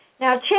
Now